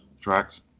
Tracks